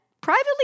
privately